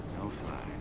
no fly.